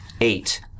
eight